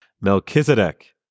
Melchizedek